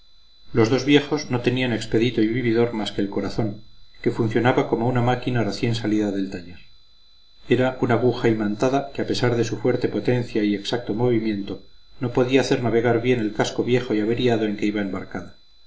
los dos viejos no tenían expedito y vividor más que el corazón que funcionaba como una máquina recién salida del taller era una aguja imantada que a pesar de su fuerte potencia y exacto movimiento no podía hacer navegar bien el casco viejo y averiado en que iba embarcada